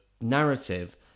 narrative